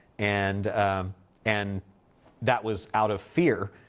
and and that was out of fear,